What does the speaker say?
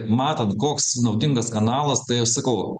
matant koks naudingas kanalas tai aš sakau